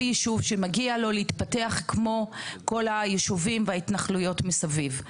יישוב שמגיע לו להתפתח כמו כל היישובים וההתנחלויות מסביב.